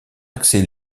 accès